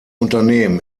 unternehmen